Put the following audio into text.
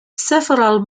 several